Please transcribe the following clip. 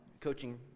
coaching